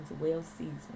well-seasoned